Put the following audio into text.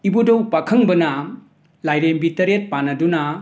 ꯏꯕꯨꯙꯧ ꯄꯥꯈꯪꯕꯅ ꯂꯥꯏꯔꯦꯝꯕꯤ ꯇꯔꯦꯠ ꯄꯥꯟꯅꯗꯨꯅ